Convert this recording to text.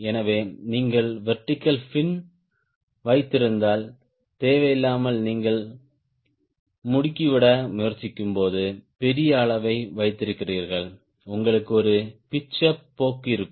எனவே நீங்கள் vertical pin வைத்திருந்தால் தேவையில்லாமல் நீங்கள் முடுக்கிவிட முயற்சிக்கும்போது பெரிய அளவை வைத்திருக்கிறீர்கள் உங்களுக்கு ஒரு பிட்ச் அப் போக்கு இருக்கும்